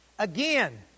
Again